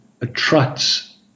attracts